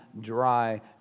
dry